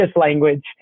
language